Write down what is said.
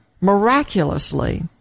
miraculously